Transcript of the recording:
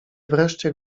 wreszcie